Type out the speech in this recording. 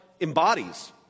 embodies